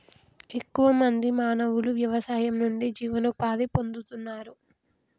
ఎక్కువ మంది మానవులు వ్యవసాయం నుండి జీవనోపాధి పొందుతున్నారు